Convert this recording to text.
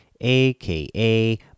aka